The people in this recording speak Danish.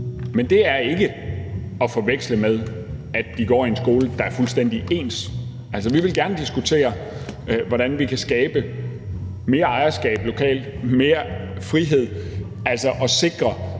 Men det er ikke at forveksle med, at de går i skoler, der er fuldstændig ens. Vi vil gerne diskutere, hvordan vi kan skabe mere ejerskab lokalt, mere frihed og sikre